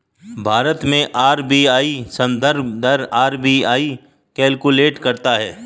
भारत में आर.बी.आई संदर्भ दर आर.बी.आई कैलकुलेट करता है